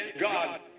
God